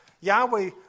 Yahweh